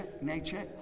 nature